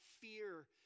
fear